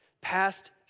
past